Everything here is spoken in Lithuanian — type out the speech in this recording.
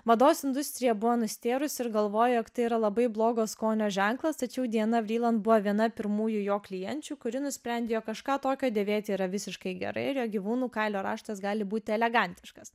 mados industrija buvo nustėrusi ir galvojo jog tai yra labai blogo skonio ženklas tačiau diana vriland buvo viena pirmųjų jo klienčių kuri nusprendė jog kažką tokio dėvėti yra visiškai gerai ir jo gyvūnų kailio raštas gali būti elegantiškas